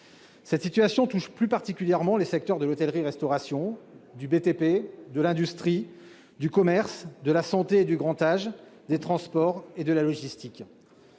Cette situation touche plus particulièrement les secteurs de l'hôtellerie-restauration, du BTP, de l'industrie, du commerce, de la santé et du grand âge, des transports et de la logistique.